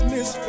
Miss